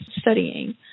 studying